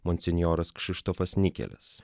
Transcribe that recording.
monsinjoras kšištofas nikelis